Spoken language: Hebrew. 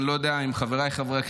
חבריי חברי הכנסת,